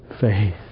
faith